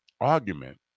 argument